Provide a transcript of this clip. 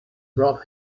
brought